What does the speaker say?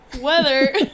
Weather